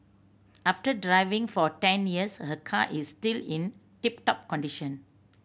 after driving for ten years her car is still in tip top condition